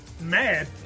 mad